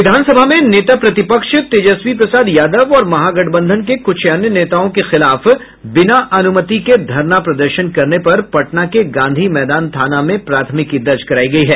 विधानसभा में नेता प्रतिपक्ष तेजस्वी प्रसाद यादव और महागठबंधन के कुछ अन्य नेताओं के खिलाफ बिना अनुमति के धरना प्रदर्शन करने पर पटना के गांधी मैदान थाना में प्राथमिकी दर्ज करायी गयी है